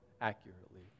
accurately